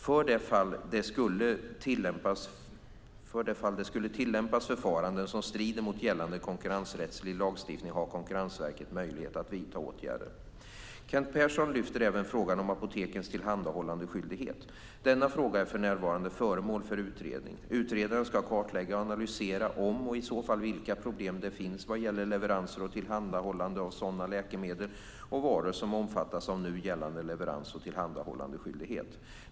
För det fall det skulle tillämpas förfaranden som strider mot gällande konkurrensrättslig lagstiftning har Konkurrensverket möjlighet att vidta åtgärder. Kent Persson lyfter även fram frågan om apotekens tillhandahållandeskyldighet. Denna fråga är för närvarande föremål för utredning. Utredaren ska kartlägga och analysera om och i så fall vilka problem det finns vad gäller leveranser och tillhandahållande av sådana läkemedel och varor som omfattas av nu gällande leverans och tillhandahållandeskyldighet.